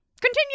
Continue